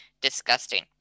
disgusting